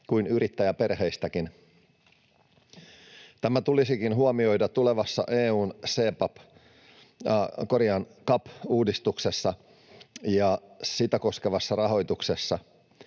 kuin yrittäjäperheistäkin. Tämä tulisikin huomioida tulevassa EU:n CAP-uudistuksessa ja sitä koskevassa rahoituksessa.